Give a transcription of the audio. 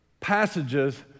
Passages